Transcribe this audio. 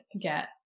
get